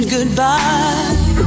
goodbye